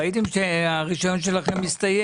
ראיתם שהרישיון שלכם מסתיים.